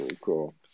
cool